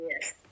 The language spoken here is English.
Yes